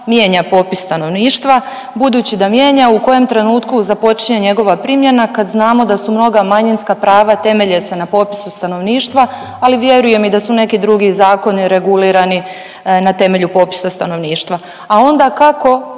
mijenja popis stanovništva, budući da mijenja u kojem trenutku započinje njegova primjena kad znamo da su mnoga manjinska prava temelje se na popisu stanovništva, ali vjerujem i da su neki drugi zakoni regulirani na temelju popisa stanovništva? A onda kako